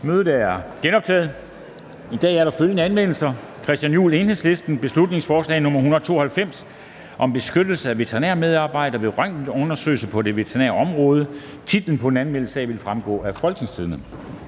Mødet er genoptaget. I dag er der følgende anmeldelse: Christian Juhl (EL) m.fl.: Beslutningsforslag nr. B 192 (Forslag til folketingsbeslutning om beskyttelse af veterinærmedarbejdere ved røntgenundersøgelser på det veterinære område). Titlen på den anmeldte sag vil fremgå af www.folketingstidende.dk